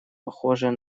похожая